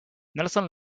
nelson